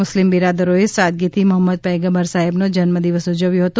મુસ્લિમ બિરાદરોએ સાદગીથી મોહમ્મદ પથગંબર સાહેબનો જન્મદિવસ ઉજવ્યો હતો